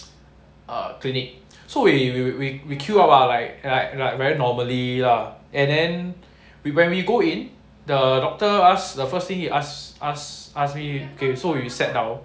uh clinic so we we we queue up ah like I like very normally lah and then we when we go in the doctor asked the first thing he ask us ask me K so we sat down